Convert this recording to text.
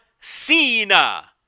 Cena